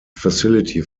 facility